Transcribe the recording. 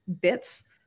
bits